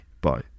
Bye